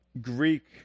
Greek